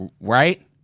Right